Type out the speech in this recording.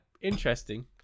interesting